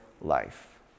life